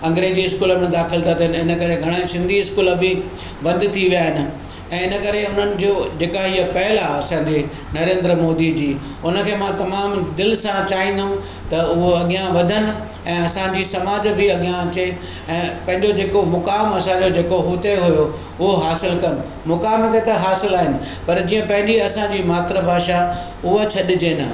अंग्रेजी school में दाख़िलु था थियनि इनकरे घणाई सिंधी इस्कूल बि बंदि थी विया आहिनि ऐं इनकरे उन्हनि जो जेका इहा पहल आहे असांजे नरेंद्र मोदीअ जी हुनखे मां तमामु दिलि सां चाहिंदुमि त उहो अॻियां वधनि ऐं असांजी समाज बि अॻियां अचे ऐं पंहिंजो जेको मुकाम हासिलु जेको उते हुओ उहो हासिलु कनि मुकाम त हासिल आहिनि पर जीअं पंहिंजी असांजी मातृभाषा उहा छॾिजे न